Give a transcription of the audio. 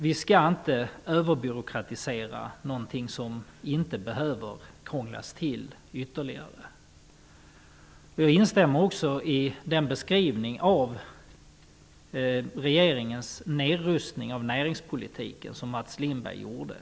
Vi skall inte överbyråkratisera någonting som inte behöver krånglas till ytterligare. Jag instämmer också i den beskrivning av regeringens nedrustning av näringspolitiken som Mats Lindberg gjorde.